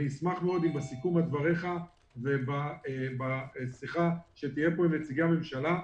אני אשמח מאוד אם בסיכום דבריך ובשיחה שתהיה פה עם נציגי הממשלה,